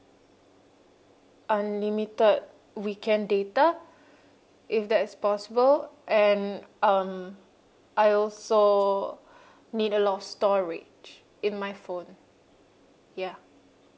unlimited weekend data if that is possible and um I also need a lot of storage in my phone ya